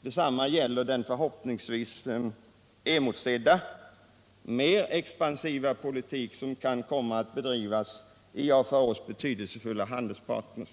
Detsamma gäller den förhoppningsvis mer expansiva politik som kan komma att bedrivas av för oss betydelsefulla handelspartner.